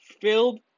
Filled